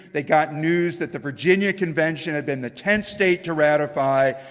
they got news that the virginia convention had been the tenth state to ratify.